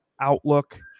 outlook